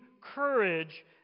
courage